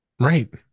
right